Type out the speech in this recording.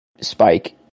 spike